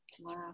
Wow